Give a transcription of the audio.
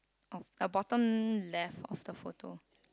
oh uh bottom left of the photo